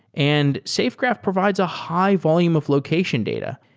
and safegraph provides a high-volume of location data.